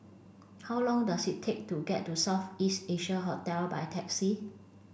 how long does it take to get to South East Asia Hotel by taxi